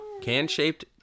Can-shaped